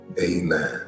amen